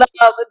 love